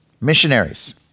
missionaries